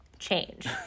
Change